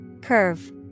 Curve